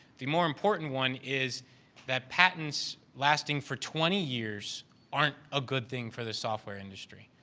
the more important one is that patents lasting for twenty years aren't a good thing for the software industry.